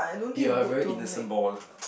you're a very innocent ball